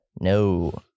No